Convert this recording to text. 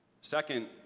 Second